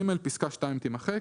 פיסקה (2) - תמחק."